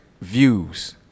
views